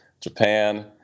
Japan